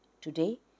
Today